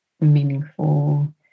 meaningful